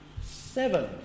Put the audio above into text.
seven